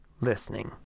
listening